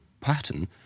pattern